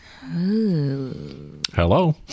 Hello